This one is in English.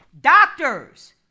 doctors